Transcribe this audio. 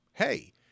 hey